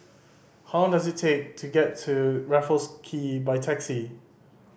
how long does it take to get to Raffles Quay by taxi